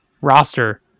roster